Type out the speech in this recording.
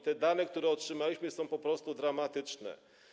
Te dane, które otrzymaliśmy, są po prostu dramatyczne.